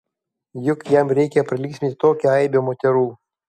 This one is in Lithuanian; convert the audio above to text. juk jam reikia pralinksminti tokią aibę moterų